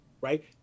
Right